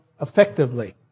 effectively